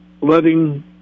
Letting